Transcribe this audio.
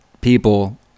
people